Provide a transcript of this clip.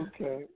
Okay